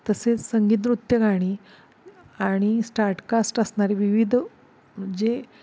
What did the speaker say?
तसेच संगीत नृत्य गाणी आणि स्टार्टकास्ट असणारे विविध जे